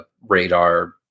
radar